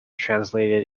translated